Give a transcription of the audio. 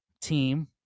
team